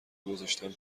گذاشتم